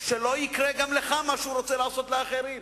שלא יקרה גם לך מה שהוא רוצה לעשות לאחרים.